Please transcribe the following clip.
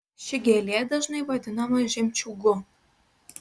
ši gėlė dažnai vadinama žemčiūgu